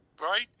right